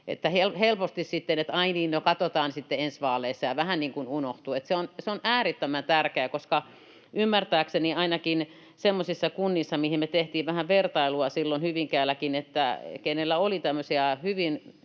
no, katsotaan sitten ensi vaaleissa, ja se vähän niin kuin unohtuu. Se on äärettömän tärkeää, koska ymmärtääkseni ainakin semmoisissa kunnissa — mihin me tehtiin vähän vertailua silloin Hyvinkäälläkin — joissa oli tämmöisiä hyvin